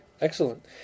excellent